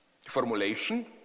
formulation